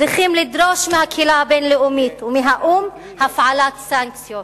צריכים לדרוש מהקהילה הבין-לאומית ומהאו"ם הפעלת סנקציות.